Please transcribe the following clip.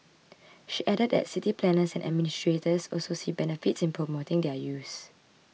she added that city planners and administrators also see benefits in promoting their use